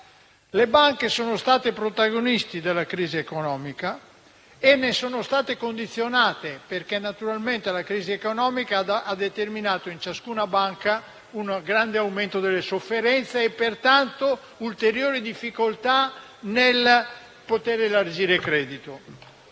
Le banche sono state protagoniste della crisi economica e ne sono state condizionate, perché naturalmente essa ha determinato in ciascuna un grande aumento delle sofferenze e, pertanto, ulteriori difficoltà nel poter elargire credito.